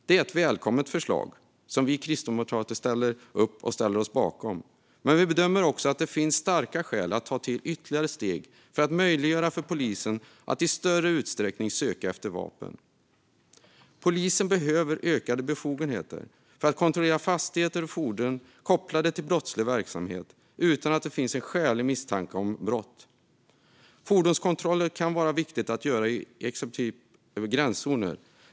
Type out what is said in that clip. Det är ett välkommet förslag som vi kristdemokrater ställer oss bakom, men vi bedömer också att det finns starka skäl att ta till ytterligare steg för att möjliggöra för polisen att i större utsträckning söka efter vapen. Polisen behöver ökade befogenheter att kontrollera fastigheter och fordon kopplade till brottslig verksamhet utan att det finns skälig misstanke om brott. Fordonskontroller kan vara viktiga att göra i exempelvis gränszoner.